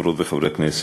חברות וחברי הכנסת,